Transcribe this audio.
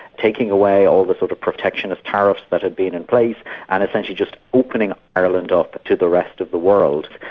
taking away all the sort of protectionist tariffs that had been in place and essentially just opening ireland up to the rest of the world.